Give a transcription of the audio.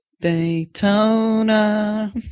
Daytona